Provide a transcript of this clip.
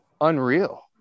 unreal